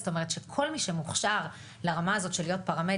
זאת אומרת שכל מי שמוכשר לרמה הזאת של להיות פרמדיק,